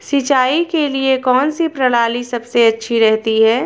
सिंचाई के लिए कौनसी प्रणाली सबसे अच्छी रहती है?